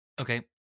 Okay